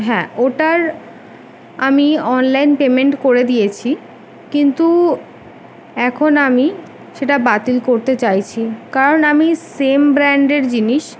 হ্যাঁ ওটার আমি অনলাইন পেমেন্ট করে দিয়েছি কিন্তু এখন আমি সেটা বাতিল করতে চাইছি কারণ আমি সেম ব্র্যান্ডের জিনিস